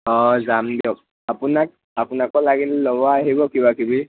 অঁ যাম দিয়ক আপোনাক আপোনাকো লাগিলে ল'ব আহিব কিবাকিবি